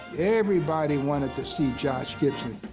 everybody wanted to see josh gibson.